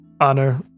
honor